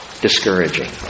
discouraging